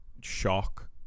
shock